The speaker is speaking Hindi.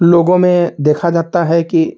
लोगों में देखा जाता है कि